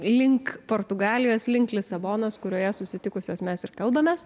link portugalijos link lisabonos kurioje susitikusios mes ir kalbamės